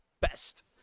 best